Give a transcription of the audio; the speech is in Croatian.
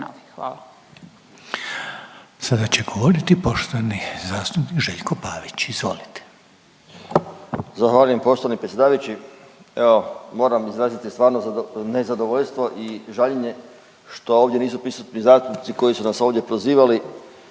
(HDZ)** Sada će govoriti poštovani zastupnik Željko Pavić. Izvolite. **Pavić, Željko (Socijaldemokrati)** Zahvaljujem poštovani predsjedavajući. Evo, moram izraziti stvarno nezadovoljstvo i žaljenje što ovdje nisu prisutni zastupnici koji su nas ovdje prozivali,